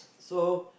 so